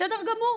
בסדר גמור.